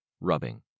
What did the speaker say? rubbing